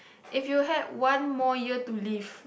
if you had one more year to live